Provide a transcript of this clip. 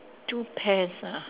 two pears ah